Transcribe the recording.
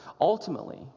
Ultimately